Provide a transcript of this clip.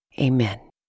amen